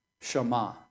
shema